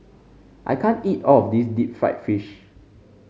I can't eat all of this Deep Fried Fish